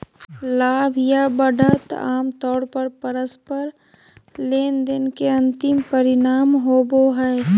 लाभ या बढ़त आमतौर पर परस्पर लेनदेन के अंतिम परिणाम होबो हय